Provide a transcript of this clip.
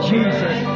Jesus